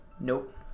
Nope